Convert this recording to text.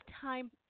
time